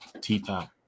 T-Top